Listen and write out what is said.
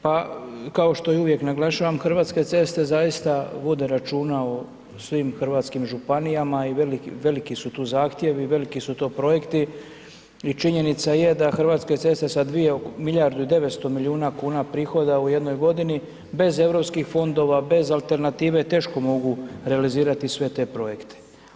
Pa, kao što i uvijek naglašavam, HC zaista vode računa o svim hrvatskim županijama i veliki su tu zahtjevi, veliki su tu projekti i činjenica je da HS sa 2, milijardu i 900 milijuna kuna prihoda u jednoj godini, bez EU fondova, bez alternative teško mogu realizirati sve te projekte.